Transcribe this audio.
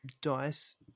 dice